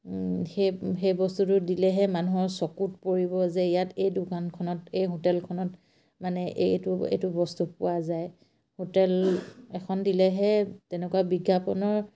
সেই সেই বস্তুটো দিলেহে মানুহৰ চকুত পৰিব যে ইয়াত এই দোকানখনত এই হোটেলখনত মানে এইটো এইটো বস্তু পোৱা যায় হোটেল এখন দিলেহে তেনেকুৱা বিজ্ঞাপনৰ